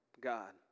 God